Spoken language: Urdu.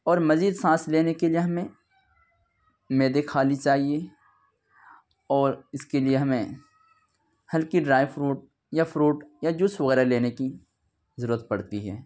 اور مزید سانس لینے کے لیے ہمیں معدے خالی چاہیے اور اس کے لیے ہمیں ہلکی ڈرائی فروٹ یا فروٹ یا جوس وغیرہ لینے کی ضرورت پڑتی ہے